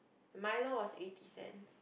milo was eighty cents